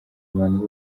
abantu